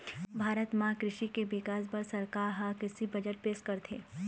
भारत म कृषि के बिकास बर सरकार ह कृषि बजट पेश करथे